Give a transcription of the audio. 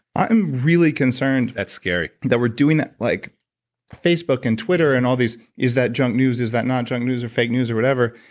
i'm really concerned that's scary. that we're doing like facebook and twitter and all these, is that junk news? is that not junk news? or fake news or whatever?